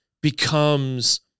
becomes